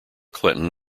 clinton